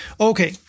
okay